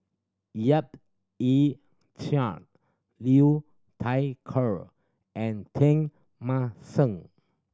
Yap Ee Chian Liu Thai Ker and Teng Mah Seng